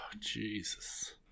Jesus